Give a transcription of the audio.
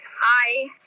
Hi